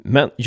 Men